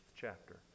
chapter